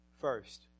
First